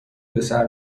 بسر